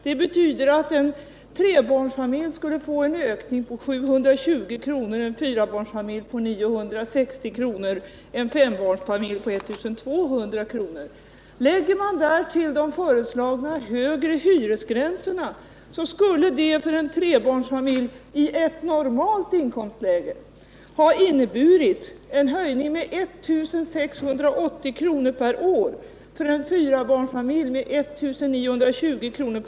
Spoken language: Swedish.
Det betyder att en trebarnsfamilj skulle ha fått en ökning med 720 kr., en fyrbarnsfamilj med 960 kr. och en fembarnsfamilj med 1 200 kr. Om man därtill lägger de föreslagna högre hyresgränserna, skulle det för en trebarnsfamilj i ett normalt inkomstläge ha inneburit en höjning med 1 680 kr. per år, för en fyrbarnsfamilj 1 920 kr.